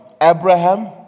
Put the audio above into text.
Abraham